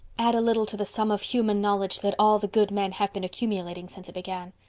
add a little to the sum of human knowledge that all the good men have been accumulating since it began.